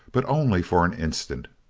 but only for an instant.